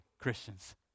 christians